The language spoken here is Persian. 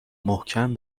محکم